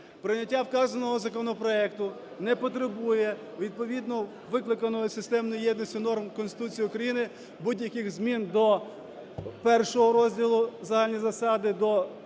Прийняття вказаного законопроекту не потребує відповідно викликаних системною єдністю норм Конституції України будь-яких змін до І розділу "Загальні засади", до